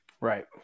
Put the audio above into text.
Right